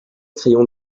crayon